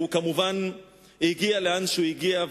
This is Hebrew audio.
והוא כמובן הגיע לאן שהוא הגיע,